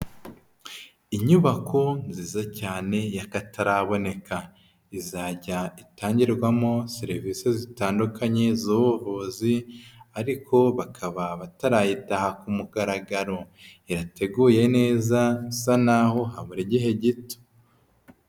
Inyubako nziza cyane y'akataraboneka, izajya itangirwamo serivise zitandukanye z'ubuvuzi ariko bakaba batayitaha ku mugaragaro, irateguye neza bisa naho habura igihe gito.